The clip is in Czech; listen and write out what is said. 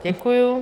Děkuju.